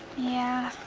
yeah.